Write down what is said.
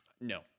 No